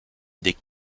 des